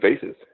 faces